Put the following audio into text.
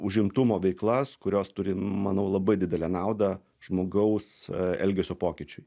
užimtumo veiklas kurios turi manau labai didelę naudą žmogaus elgesio pokyčiui